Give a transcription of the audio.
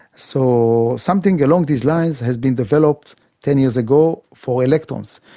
so something along these lines has been developed ten years ago for electrons.